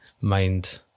mind